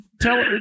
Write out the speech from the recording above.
Tell